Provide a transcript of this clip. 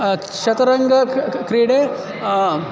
चुतरङ्ग क्रीडे